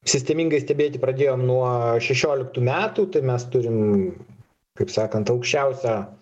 sistemingai stebėti pradėjom nuo šešioliktų metų tai mes turim kaip sakant aukščiausią